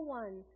one